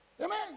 amen